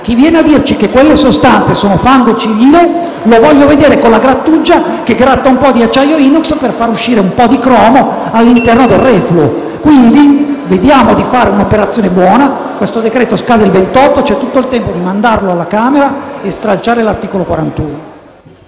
Chi viene a dirci che quelle sostanze sono fango civile, lo voglio vedere con la grattugia che gratta un po’ di acciaio inox per far uscire un po’ di cromo all’interno del refluo. Vediamo di fare un’operazione buona: questo decreto-legge scade il 28 novembre prossimo, quindi c’è tutto il tempo di mandarlo alla Camera e stralciare l’articolo 41.